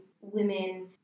women